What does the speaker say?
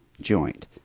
joint